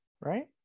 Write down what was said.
right